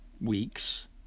weeks